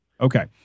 Okay